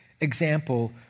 example